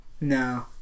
no